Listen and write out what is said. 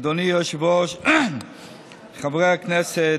אדוני היושב-ראש, חברי הכנסת,